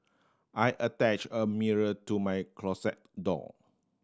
I attach a mirror to my closet door